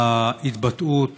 להתבטאות